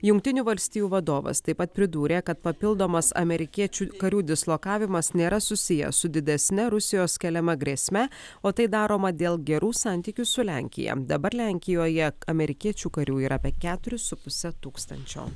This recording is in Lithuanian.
jungtinių valstijų vadovas taip pat pridūrė kad papildomas amerikiečių karių dislokavimas nėra susijęs su didesne rusijos keliama grėsme o tai daroma dėl gerų santykių su lenkija dabar lenkijoje amerikiečių karių yra apie keturis su puse tūkstančio